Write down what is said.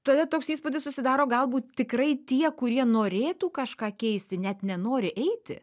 tada toks įspūdis susidaro galbūt tikrai tie kurie norėtų kažką keisti net nenori eiti